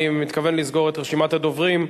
אני מתכוון לסגור את רשימת הדוברים.